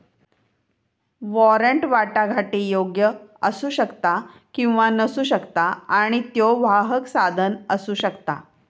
warrant वाटाघाटीयोग्य असू शकता किंवा नसू शकता आणि त्यो वाहक साधन असू शकता